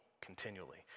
continually